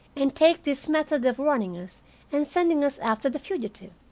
and take this method of warning us and sending us after the fugitive?